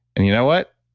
and you know what?